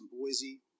Boise